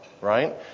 right